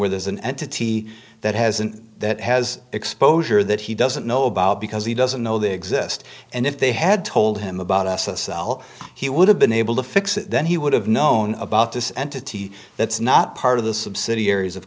where there's an entity that has and that has exposure that he doesn't know about because he doesn't know they exist and if they had told him about s s l he would have been able to fix it then he would have known about this entity that's not part of the subsidiaries of